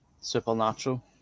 supernatural